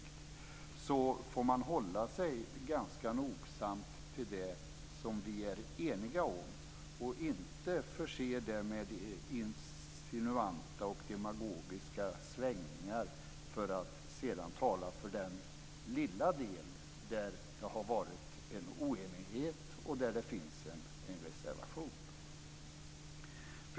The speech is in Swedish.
Men då får man hålla sig nogsamt till det vi är eniga om och inte förse det med insinuanta och demagogiska svängningar och sedan tala för den lilla del där det har varit oenighet och där det finns en reservation.